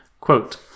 Quote